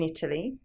Italy